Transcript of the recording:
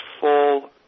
full